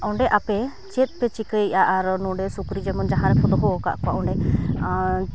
ᱚᱸᱰᱮ ᱟᱯᱮ ᱪᱮᱫᱯᱮ ᱪᱤᱠᱟᱹᱭᱮᱫᱟ ᱟᱨ ᱱᱚᱸᱰᱮ ᱥᱩᱠᱨᱤ ᱡᱮᱢᱚᱱ ᱡᱟᱦᱟᱸ ᱨᱮᱠᱚ ᱫᱚᱦᱚ ᱟᱠᱟᱫ ᱠᱚᱣᱟ ᱚᱸᱰᱮ ᱟᱨ